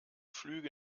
flüge